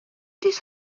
this